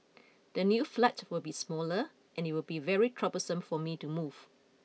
the new flat will be smaller and it will be very troublesome for me to move